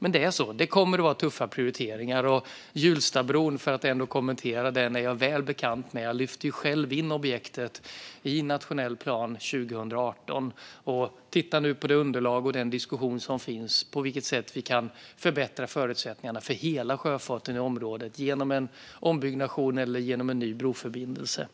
Så är det. Det kommer att vara tuffa prioriteringar. Hjulstabron, för att ändå kommentera den, är jag väl bekant med. Jag lyfte själv in objektet i nationell plan 2018 och tittar nu på det underlag och den diskussion som finns kring hur vi kan förbättra förutsättningarna för hela sjöfarten i området genom ombyggnation eller en ny broförbindelse.